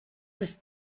ist